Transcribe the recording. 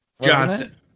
Johnson